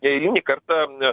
eilinį kartą